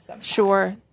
Sure